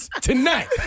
Tonight